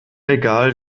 egal